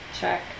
check